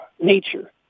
nature